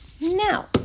Now